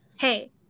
hey